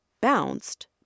bounced